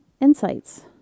Insights